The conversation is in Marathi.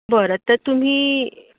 बरं तर तुम्ही